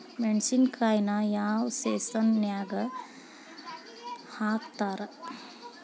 ಮೆಣಸಿನಕಾಯಿನ ಯಾವ ಸೇಸನ್ ನಾಗ್ ಹಾಕ್ತಾರ?